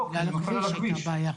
לא, כי זה נופל על הכביש, יש כביש.